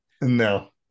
No